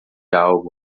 algo